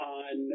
on